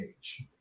age